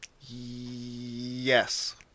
Yes